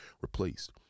replaced